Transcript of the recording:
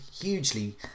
hugely